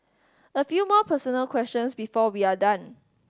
a few more personal questions before we are done